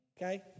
Okay